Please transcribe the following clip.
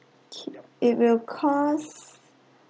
okay it will cause